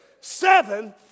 Seven